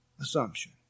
assumption